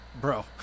bro